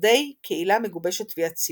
לכדי קהילה מגובשת ויציבה.